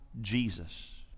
Jesus